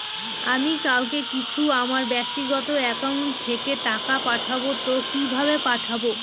আমি কাউকে কিছু আমার ব্যাক্তিগত একাউন্ট থেকে টাকা পাঠাবো তো কিভাবে পাঠাবো?